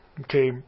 okay